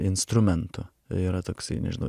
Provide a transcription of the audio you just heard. instrumentu yra toksai nežinau